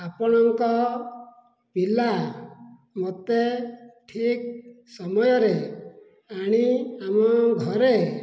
ଆପଣଙ୍କ ପିଲା ମୋତେ ଠିକ ସମୟରେ ଆଣି ଆମ ଘରେ